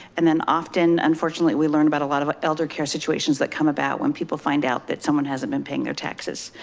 and then often unfortunately, we learned about a lot of eldercare situations that come about when people find out that someone hasn't been paying their taxes.